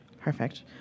Perfect